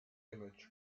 image